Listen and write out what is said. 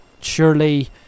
surely